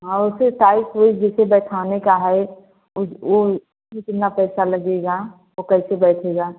और फिर टाइल्स वाइल्स जैसे बैठाने का है वो कितना पैसा लगेगा वो कैसे बैठेगा